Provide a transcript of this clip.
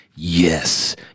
yes